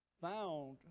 found